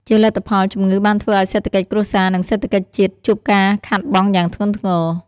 ជាលទ្ធផល ជំងឺបានធ្វើឱ្យសេដ្ឋកិច្ចគ្រួសារ និងសេដ្ឋកិច្ចជាតិជួបការខាតបង់យ៉ាងធ្ងន់ធ្ងរ។